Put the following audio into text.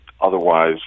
otherwise